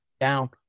down